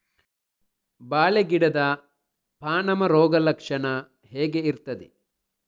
ಬಾಳೆ ಗಿಡದ ಪಾನಮ ರೋಗ ಲಕ್ಷಣ ಹೇಗೆ ಇರ್ತದೆ?